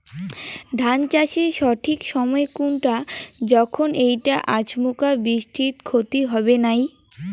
ধান চাষের সঠিক সময় কুনটা যখন এইটা আচমকা বৃষ্টিত ক্ষতি হবে নাই?